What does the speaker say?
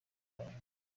rwanda